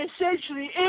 essentially